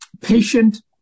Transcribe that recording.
patient